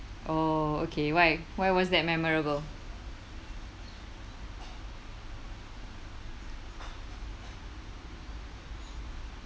oh okay why why was that memorable